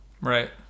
Right